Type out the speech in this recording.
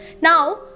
Now